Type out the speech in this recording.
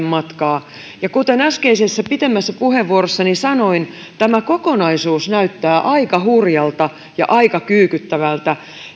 matkaa kuten äskeisessä pitemmässä puheenvuorossani sanoin tämä kokonaisuus näyttää aika hurjalta ja aika kyykyttävältä